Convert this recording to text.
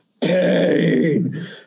pain